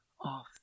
off